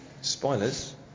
Spoilers